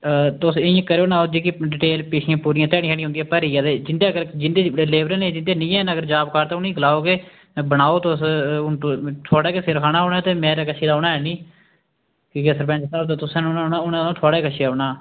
हां तुस इ'यां करेओ ना जेह्की डिटेल पिछलियें पूरियें ध्याड़ियें निं ऐ ना उंदियां भरियै निं जिं'दें अगर जिं'दे लेबर निं जिंदे नेईं हैन अगर जॉब कार्ड उ'नें ई गलाओ के बनाओ तुस हून थुआढ़ा गै सिर खाना उ'नें ते मेरे कश्शे ई औना है निं कीजे सरपैंच साह्ब ते तुस्सै न उ'नें उ'नें थुआढ़े कश गै औना